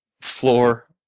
floor